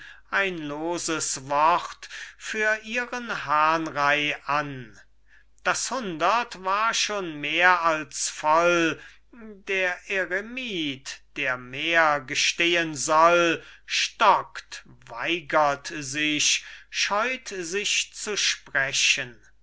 ein loses wort für ihren hahnrei an das hundert war schon mehr als voll der eremit der mehr gestehen soll stockt weigert sich scheut sich zu sprechen nu